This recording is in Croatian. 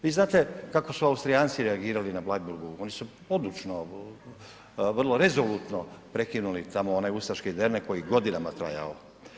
Vi znate kako su Austrijanci reagirali na Bleiburgu, oni su odlučno, vrlo rezolutno prekinuli tamo onaj ustaški dernek koji je tamo godinama trajao.